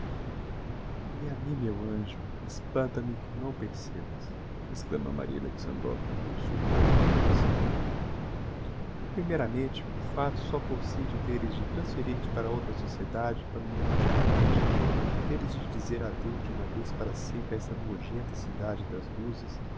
e a mim meu anjo espanta me que o não percebas exclama maria alexandrovna com subita animação primeiramente o facto só por si de teres de transferir te para outra sociedade para um mundo differente de teres de dizer adeus de uma vez para sempre a esta nojenta cidade das duzias